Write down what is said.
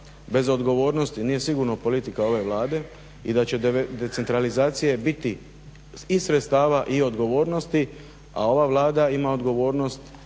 bez odgovornosti nije sigurno politika ove Vlade i da će decentralizacije biti i sredstava i odgovornosti, a ova Vlada ima odgovornost